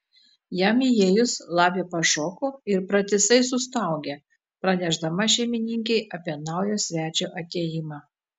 jam įėjus lapė pašoko ir pratisai sustaugė pranešdama šeimininkei apie naujo svečio atėjimą